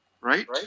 Right